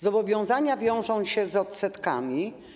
Zobowiązania wiążą się z odsetkami.